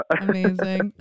Amazing